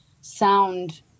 sound